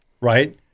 right